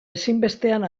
ezinbestean